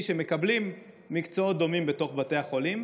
שמקבלים במקצועות דומים בתוך בתי החולים.